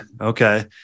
okay